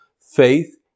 faith